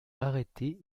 arrêtés